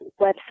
website